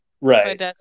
Right